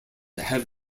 have